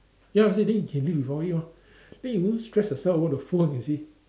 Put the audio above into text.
ya you see then you can live with glory mah then you won't stress yourself over the phone you see